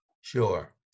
Sure